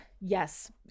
Yes